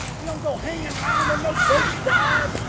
you don't go hanging around where no ghosts died.